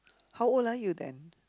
how old are you then